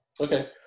okay